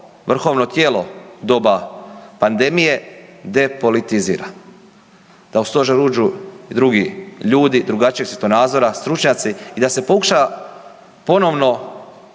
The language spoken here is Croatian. vrhovno tijelo u doba pandemije depolitizira, da u Stožer uđu drugi ljudi, drugačijih svjetonazora, stručnjaci i da se pokuša ponovno